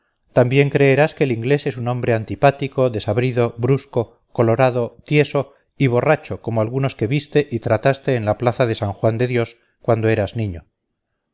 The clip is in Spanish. también creerás que el inglés es un hombre antipático desabrido brusco colorado tieso y borracho como algunos que viste y trataste en la plaza de san juan de dios cuando eras niño